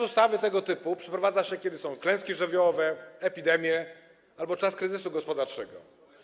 Ustawy tego typu przeprowadza się, kiedy są klęski żywiołowe, epidemie albo czas kryzysu gospodarczego.